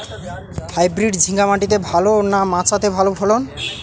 Hybrid ঝিঙ্গা মাটিতে ভালো না মাচাতে ভালো ফলন?